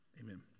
Amen